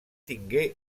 tingué